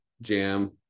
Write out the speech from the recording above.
jam